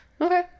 okay